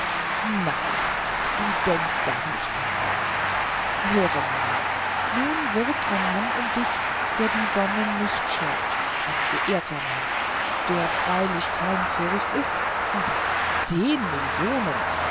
nein du denkst auch gar nicht mehr an ihn höre mina nun wirbt ein mann um dich der die sonne nicht scheut ein geehrter mann der freilich kein fürst ist aber zehn millionen